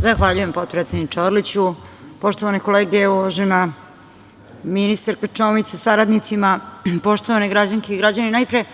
Zahvaljujem potpredsedniče Orliću. Poštovane kolege, uvažena ministarka Čomić sa saradnicima, poštovani građani i građanke, najpre